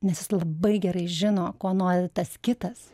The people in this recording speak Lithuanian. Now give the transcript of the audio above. nes jis labai gerai žino ko nori tas kitas